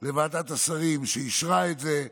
לוועדת השרים שאישרה את זה,